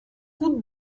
route